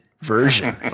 version